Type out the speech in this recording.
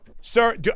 Sir